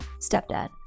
Stepdad